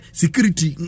security